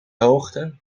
hoogte